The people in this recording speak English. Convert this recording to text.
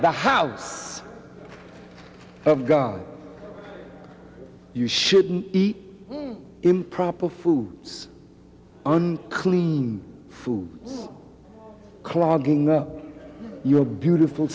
the house of god you shouldn't eat improper foods unclean foods clogging your beautiful